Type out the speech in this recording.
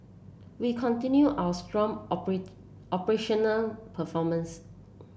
we continue our strong operational performance